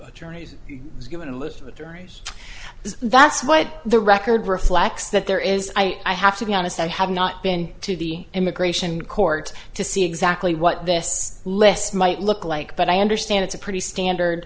attorneys given a list of the juries that's what the record reflects that there is i have to be honest i have not been to the immigration court to see exactly what this list might look like but i understand it's a pretty standard